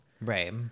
Right